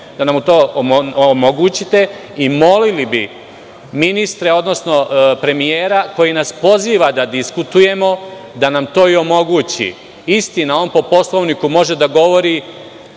da nam to omogućite. Molili bi ministre, odnosno premijera, koji nas poziva da diskutujemo, da nam to i omogući. Istina, on po Poslovniku može da govori